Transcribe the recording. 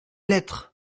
lettre